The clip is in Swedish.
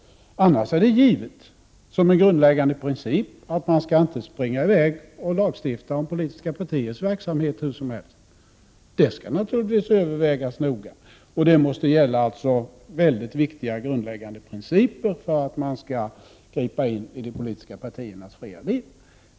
Annars är det givet — det är en grundläggande princip — att man inte skall springa i väg och lagstifta hur som helst om politiska partiers verksamhet. Det skall naturligtvis övervägas noga. Det måste alltså gälla viktiga och grundläggande principer för att man skall gripa in i de politiska partiernas fria liv.